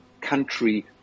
country